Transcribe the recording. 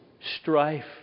strife